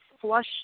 flush